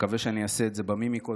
מקווה שאני אעשה את זה במימיקות